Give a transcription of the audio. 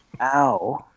ow